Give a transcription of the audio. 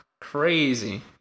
Crazy